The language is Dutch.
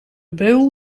beul